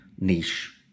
niche